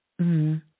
-hmm